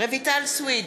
רויטל סויד,